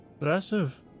impressive